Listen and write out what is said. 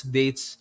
dates